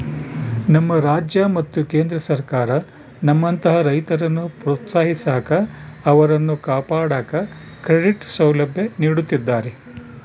ನಮ್ಮ ರಾಜ್ಯ ಮತ್ತು ಕೇಂದ್ರ ಸರ್ಕಾರ ನಮ್ಮಂತಹ ರೈತರನ್ನು ಪ್ರೋತ್ಸಾಹಿಸಾಕ ಅವರನ್ನು ಕಾಪಾಡಾಕ ಕ್ರೆಡಿಟ್ ಸೌಲಭ್ಯ ನೀಡುತ್ತಿದ್ದಾರೆ